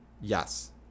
Yes